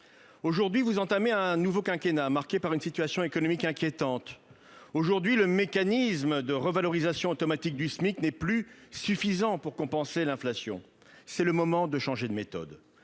Aujourd'hui, vous entamez un nouveau quinquennat, marqué par une situation économique inquiétante. Le mécanisme de revalorisation automatique du SMIC n'est plus suffisant pour compenser l'inflation. C'est le moment de changer de méthode